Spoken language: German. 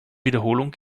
wiederholung